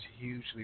hugely